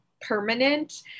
permanent